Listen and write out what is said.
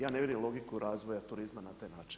Ja ne vidim logiku razvoja turizma na taj način.